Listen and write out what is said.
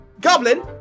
Goblin